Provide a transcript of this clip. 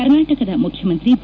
ಕರ್ನಾಟಕದ ಮುಖ್ಯಮಂತ್ರಿ ಬಿ